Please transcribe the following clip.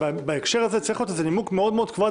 שבהקשר הזה צריך להיות נימוק מאוד כבד